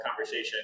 conversation